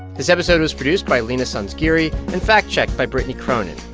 this episode was produced by leena sanzgiri and fact-checked by brittany cronin.